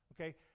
Okay